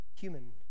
human